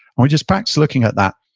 and we just practice looking at that,